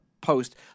post